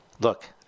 Look